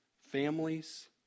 families